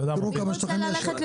תראו כמה שטחים יש שם.